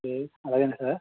ఒకే అలాగేనా సార్